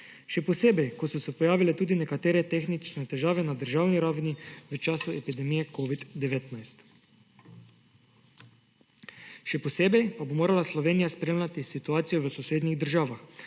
Še posebej, ko so se pojavile tudi nekatere tehnične težave na državni ravni v času epidemije COVID-19. Še posebej pa bo morala Slovenija spremljati situacijo v sosednjih državah,